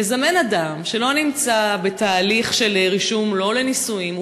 לזמן אדם שלא נמצא בתהליך של רישום לנישואין,